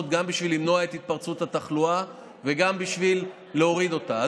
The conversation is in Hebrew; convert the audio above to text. היום גם בשביל למנוע את התפרצות התחלואה וגם בשביל להוריד אותה.